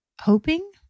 hoping